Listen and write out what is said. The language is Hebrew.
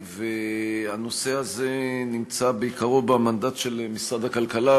הנושא הזה נמצא בעיקרו במנדט של משרד הכלכלה.